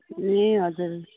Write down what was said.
ए हजुर